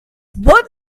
what